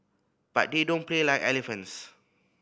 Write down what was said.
but they don't play like elephants